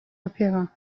opéra